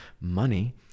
money